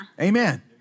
Amen